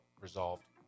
resolved